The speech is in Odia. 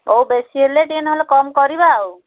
ହଉ ବେଶୀ ହେଲେ ଟିକେ ନହେଲେ କମ୍ କରିବା ଆଉ